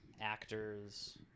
actors